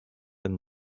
and